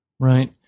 Right